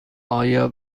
آیا